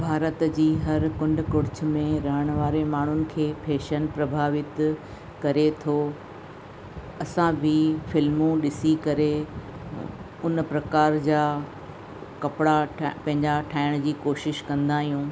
भारत जी हर कुंड कुर्छ में रहण वारे माण्हुनि खे फैशन प्रभावित करे थो असां बि फिल्मूं ॾिसी करे उन प्रकार जा कपड़ा ठ पंहिंजा ठाहिण जी कोशिश कंदा आहियूं